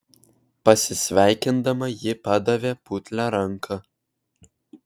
pasisveikindama ji padavė putlią ranką